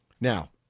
Now